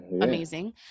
amazing